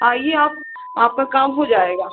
आइए आप आपका काम हो जाएगा